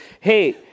hey